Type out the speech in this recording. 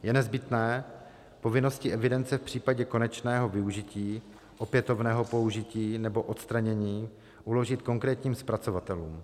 Je nezbytné povinnosti evidence v případě konečného využití, opětovného použití nebo odstranění uložit konkrétním zpracovatelům.